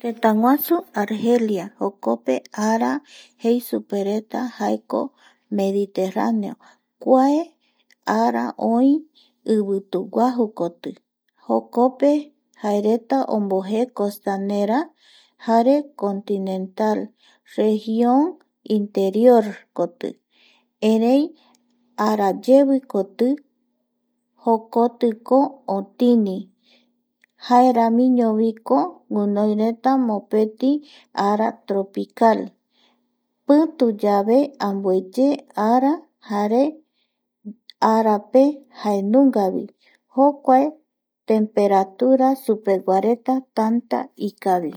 Tétäguasu Argelia jokpope ara jei supereta jaeko mediterraneo kuae ara oi ivituguajukoti jokpe jaereta ombojee costanera jare continental region interiorkoti erei arayevikoti jokotiko otini jaeramiñoviko guinoireta guimoireta ara tropical pituyave ambueye ara jare arape jaendungavi jokuae temperatura supeguareta tanta ikavi